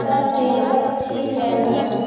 sir मेरा purse छीन लिया गया था